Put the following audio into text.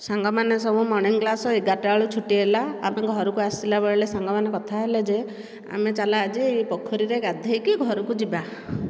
ସାଙ୍ଗମାନେ ସବୁ morning class ଏଗାରଟା ବେଳକୁ ଛୁଟି ହେଲା ଆମେ ଘରକୁ ଆସିଲାବେଳେ ସାଙ୍ଗମାନେ କଥା ହେଲେଯେ ଆମେ ଚାଲ ଆଜି ପୋଖରୀରେ ଗାଧୋଇକି ଘରକୁ ଯିବା